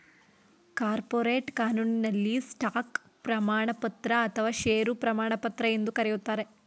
corporate ಕಾನೂನಿನಲ್ಲಿ stock ಪ್ರಮಾಣಪತ್ರ ಅಥವಾ ಶೇರು ಪ್ರಮಾಣಪತ್ರ ಎಂದು ಕರೆಯುತ್ತಾರೆ